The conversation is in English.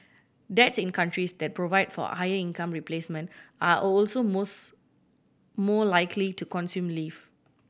dads in countries that provide for higher income replacement are also most more likely to consume leave